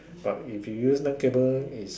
but if you use land cable is